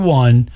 one